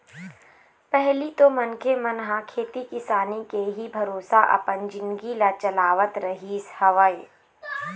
पहिली तो मनखे मन ह खेती किसानी के ही भरोसा अपन जिनगी ल चलावत रहिस हवय